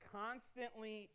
constantly